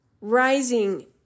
rising